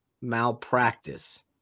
malpractice